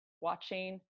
watching